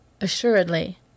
Assuredly